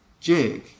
jig